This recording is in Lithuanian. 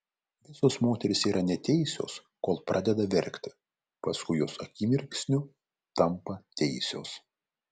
visos moterys yra neteisios kol pradeda verkti paskui jos akimirksniu tampa teisios